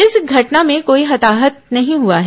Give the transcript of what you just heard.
इस घटना में कोई हताहत नहीं हुआ है